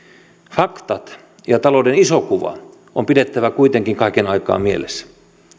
faktat ja talouden iso kuva on pidettävä kuitenkin kaiken aikaa mielessä